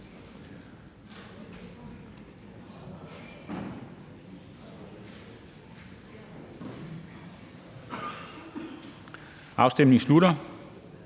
Afstemningen slutter.